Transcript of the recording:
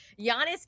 Giannis